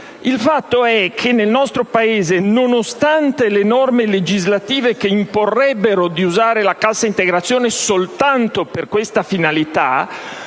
Il fatto è che nel nostro Paese, nonostante le norme legislative che imporrebbero di usare la cassa integrazione soltanto per tale finalità,